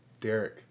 Derek